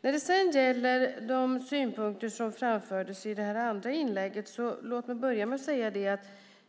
När det sedan gäller de synpunkter som framfördes i det andra inlägget vill jag börja med att säga att